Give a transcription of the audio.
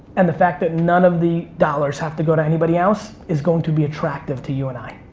and the fact than none of the dollars have to go to anybody else is going to be attractive to you and i.